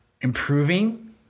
improving